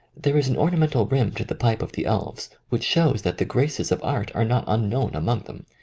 there is an ornamental rim to the pipe of the elves which shows that the graces of art are not unknown among them.